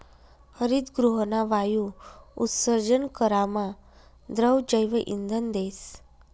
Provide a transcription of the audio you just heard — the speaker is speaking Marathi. हरितगृहना वायु उत्सर्जन करामा द्रव जैवइंधन देस